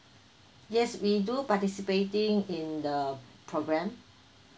yes we do participating in the program